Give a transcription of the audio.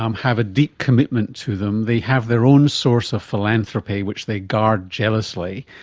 um have a deep commitment to them, they have their own source of philanthropy which they guard jealously,